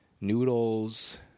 noodles